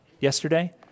yesterday